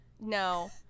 No